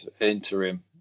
interim